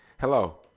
Hello